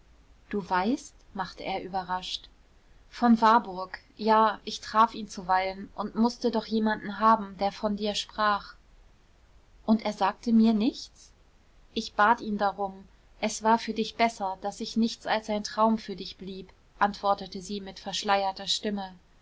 du weißt machte er überrascht von warburg ja ich traf ihn zuweilen und mußte doch jemanden haben der von dir sprach und er sagte mir nichts ich bat ihn darum es war für dich besser daß ich nichts als ein traum für dich blieb antwortete sie mit verschleierter stimme